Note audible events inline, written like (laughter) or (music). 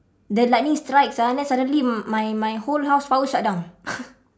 the lightning strikes ah then suddenly my my whole house power shut down (laughs)